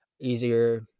easier